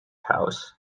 house